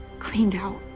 cleaned out.